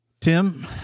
Tim